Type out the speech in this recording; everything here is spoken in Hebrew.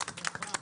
בהצלחה.